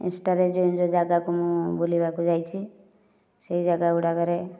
ଇନଷ୍ଟାରେ ଯେଉଁ ଯେଉଁ ଜାଗାକୁ ମୁଁ ବୁଲିବାକୁ ଯାଇଛି ସେଇ ଜାଗା ଗୁଡ଼ାକରେ